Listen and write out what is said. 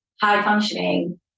high-functioning